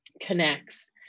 connects